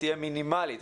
תהיה מינימלית.